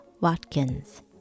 Watkins